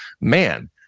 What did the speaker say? man